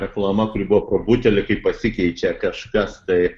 reklama kuri buvo pro butelį kai pasikeičia kažkas tai